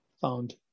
found